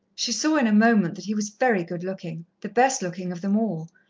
she saw in a moment that he was very good-looking, the best-looking of them all,